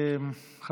תודה.